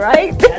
Right